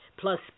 plus